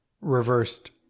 reversed